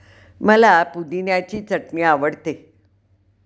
मला पुदिन्याची चटणी आवडते